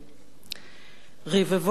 רבבות בני-אדם,